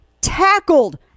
tackled